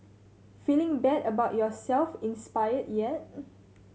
feeling bad about yourself inspired yet